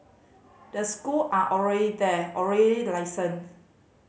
the school are already there already licensed